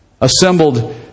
assembled